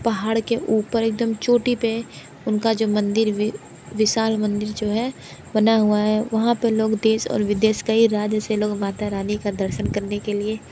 पहाड़ के ऊपर एकदम चोटी पे उनका जो मंदिर विशाल मंदिर जो है बना हुआ है वहाँ पे लोग देश और विदेश कई राज्य से लोग माता रानी का दर्शन करने के लिए